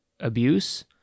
Abuse